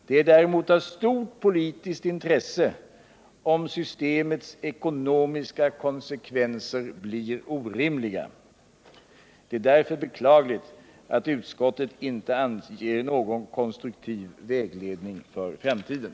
Det är däremot av stort politiskt intresse om systemets ekonomiska konsekvenser blir orimliga. Det är därför beklagligt att utskottet inte anger någon konstruktiv vägledning för framtiden.